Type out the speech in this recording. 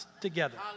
together